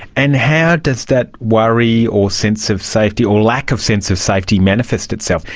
and how does that worry or sense of safety or lack of sense of safety manifest itself?